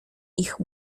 ich